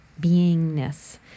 beingness